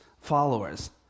followers